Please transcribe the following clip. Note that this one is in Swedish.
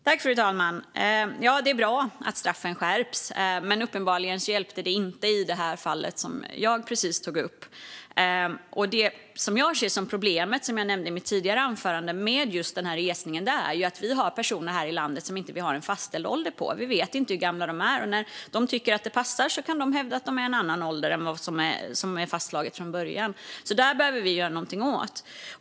Fru talman! Det är bra att straffen skärps, men uppenbarligen hjälpte det inte i det fall jag tog upp. Som jag nämnde i mitt tidigare anförande är problemet med just denna resning att vi har personer i vårt land vars ålder inte är fastställd. Vi vet inte hur gamla de är, och när de tycker att det passar kan de hävda att deras ålder är en annan vad som är fastlaget från början. Detta behöver vi göra något åt.